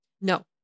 No